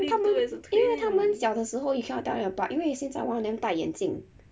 他们因为他们小的时候 you cannot tell them apart 因为现在 one of them 戴眼镜